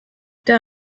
der